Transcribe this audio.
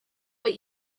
what